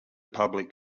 public